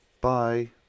bye